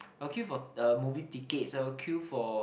I will queue for uh movie tickets I will queue for